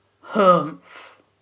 Humph